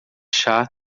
chá